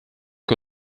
que